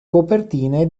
copertine